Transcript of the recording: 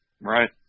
Right